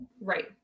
Right